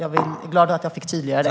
Jag är glad att jag fick tydliggöra det.